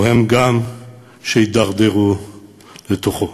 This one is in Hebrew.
הם גם כאלה שהידרדרו לתוכו.